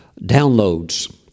downloads